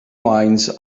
wines